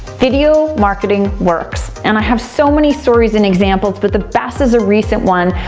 video marketing works and i have so many stories and examples, but the best is a recent one,